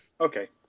okay